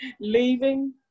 leaving